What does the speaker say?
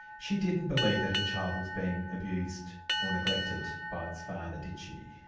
she didn't believe that her child was being abused or neglected by its father, did she?